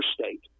state